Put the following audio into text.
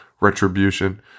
retribution